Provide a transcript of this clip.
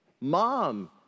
mom